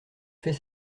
fait